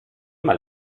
mal